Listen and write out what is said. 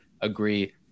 agree